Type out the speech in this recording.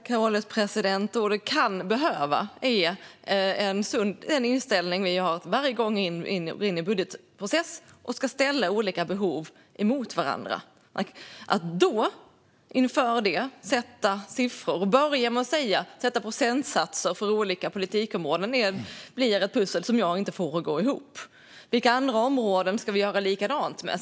Herr ålderspresident! "Kan behöva" är uttryck för en sund inställning som vi har varje gång vi går in i en budgetprocess och ska ställa olika behov mot varandra. Att inför det börja med att sätta siffror och procentsatser för olika politikområden blir ett pussel som jag inte får att gå ihop. Vilka andra områden ska vi göra likadant med?